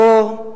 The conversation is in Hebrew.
קור?